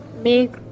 make